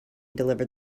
delivered